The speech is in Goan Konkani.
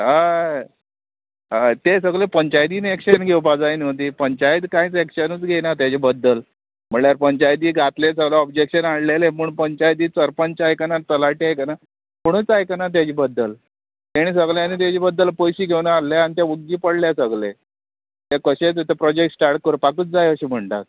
अय अय तें सगळे पंचायतीन एक्शन घेवपा जाय न्हू ती पंचायत कांयच एक्शनूच घेयना तेजे बद्दल म्हळ्यार पंचायतीक घातलें सगळें ऑब्जेक्शन हाडलेलें पूण पंचायती सरपंचा आयकना तलाटी आयकना कोणूच आयकना तेजे बद्दल तेणी सगळें आनी तेजे बद्दल पयशे घेवन हाल्ले आनी ते उग्गी पडल्या सगले ते कशे प्रोजेक्ट स्टार्ट करपाकूच जाय अशें म्हणटात